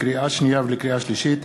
לקריאה שנייה ולקריאה שלישית: